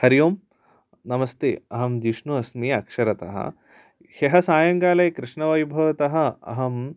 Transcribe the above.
हरि ओम् नमस्ते अहं जिष्णु अस्मि अक्षरतः ह्यः सायंकाले कृष्णवैभवतः अहम्